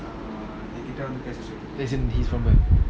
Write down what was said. as in he's from where